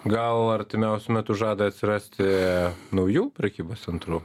gal artimiausiu metu žada atsirasti naujų prekybos centrų